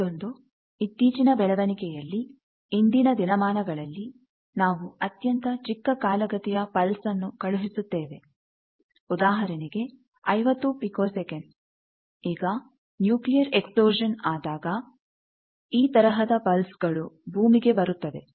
ಇದೊಂದು ಇತ್ತೀಚಿನ ಬೆಳವಣಿಗೆಯಲ್ಲಿ ಇಂದಿನ ದಿನಮಾನಗಳಲ್ಲಿ ನಾವು ಅತ್ಯಂತ ಚಿಕ್ಕ ಕಾಲಗತಿಯ ಪಲ್ಸ್ ಅನ್ನು ಕಳುಹಿಸುತ್ತೇವೆ ಉದಾಹರಣೆಗೆ 50 ಪಿಕೋ ಸೆಕೆಂಡ್ಸ್ ಈಗ ನ್ಯೂಕ್ಲಿಯರ್ ಎಕ್ಸ್ಪ್ಲೋಷನ್ ಆದಾಗ ಈ ತರಹದ ಪಲ್ಸ್ ಗಳು ಭೂಮಿಗೆ ಬರುತ್ತವೆ